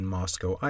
Moscow